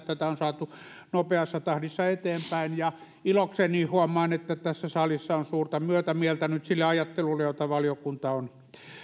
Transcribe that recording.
tämä on saatu nopeassa tahdissa eteenpäin ilokseni huomaan että tässä salissa on suurta myötämieltä nyt sille ajattelulle jota valiokunta on